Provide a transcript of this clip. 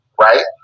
right